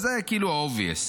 זה כאילו מובן מאליו.